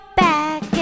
back